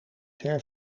ver